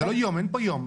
אין פה יום.